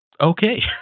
okay